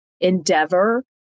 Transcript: endeavor